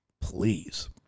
Please